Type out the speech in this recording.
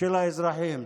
של האזרחים.